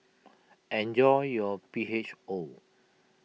enjoy your P H O